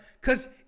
cause